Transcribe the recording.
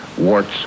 warts